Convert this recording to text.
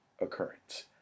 occurrence